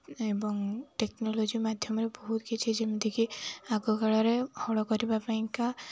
ଏବଂ ଟେକ୍ନୋଲୋଜି ମାଧ୍ୟମରେ ବହୁତ କିଛି ଯେମିତିକି ଆଗକାଳରେ ହଳ କରିବାପାଇଁକା